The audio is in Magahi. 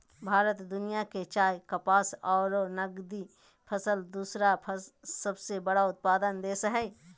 भारत दुनिया के चाय, कपास आरो नगदी फसल के दूसरा सबसे बड़ा उत्पादक देश हई